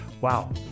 wow